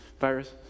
virus